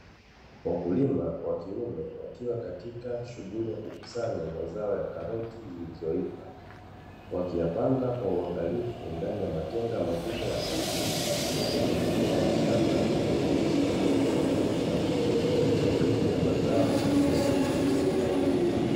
Wakulima wa kiume wakiwa katika shughuli ya kukusanya mazao ya karoti zilizoiva, wakiyapanga kwa uangalifu ndani ya matenga makubwa ya plastiki, huku mazingira ya shamba yakionesha udongo wenye rutuba na miche mingi ya mazao pembeni.